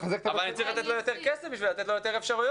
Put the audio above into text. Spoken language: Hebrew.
אבל אני צריך לתת לו יותר כסף כדי לתת לו יותר אפשרויות.